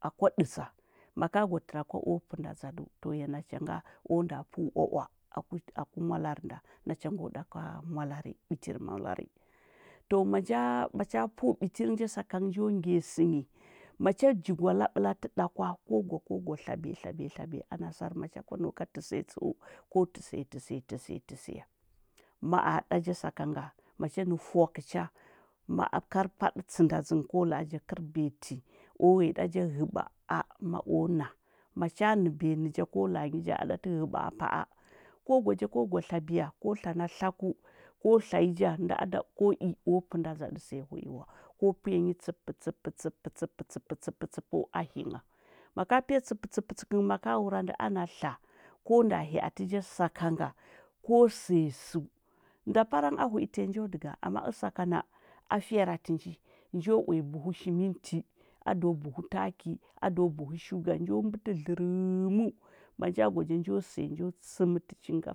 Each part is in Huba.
A kwa dəza maka gwa təra kwa o pənɗa ɗzaɗəu to ya nachanga o nɗa pəu va-va aku mwalari nɗa, nachangəo daka mwalari nɗa bitir mwalari to manja mmacha pəu biti əngə ja skanga njo ngyani sə nyi macha jigwala ɓəlatə ɗa kwa, ko gwa ko gwa tlabiya labiya tlabiya na sar macha kwa nau kə təsiya tsəu, ko təsiya təsiya təsiya, ma ɗaɗa ja sakanga, macha nə fwakə cha, ma par kaɗə tsənda dzə ngə ko la’a ja kə biyati o gɓəya ɗa ja ghəbaa ma o na, macha nəɓiya nə ja ko laa nyi ja a dati ghəba’a pa ko gwa ja ko gwa tlabiyu ko tla na tlaku ko tsanyi ja nɗa aɗa ko i o pənɗa ɗzaɗə siya hwi wa ko piya nyi tssəp tsəp tsep tsəp tsepəu a limgha maka pura tsəp tsəp tsəp nga maka wuramdə ana tla, ko nda hya’ati ja sakanga, ko siya səu, nda parang a hu’i tanyi njo dəga ama əsakamol a fyara tinji, njo uya buhu shiminti aɗawa buhu taki, aɗawa buhu shiga, njo mɓəti ɗlərəməu, ma nja gwa ja njo siya njo tsəmti sənga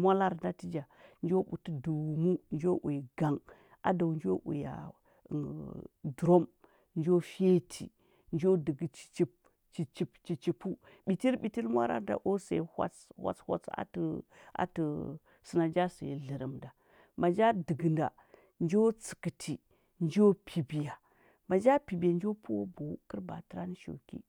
mwalam ɓdati ja, njbuti dumu, njo uya gang aɗawa njo uya ɗurom njo fiyati njo ɗəgə ja chichup chi chip chuchipəu bitir bitir mwwalari nɗa o siya hwatsə hwatsə hwatsə atə atə sənɗa nja siya dlər əm nda ma nja dəgənɗa, njo tsəkəti, njo piɓiya, manja piɓiya njo pəu buhu kər ba trani sho ki.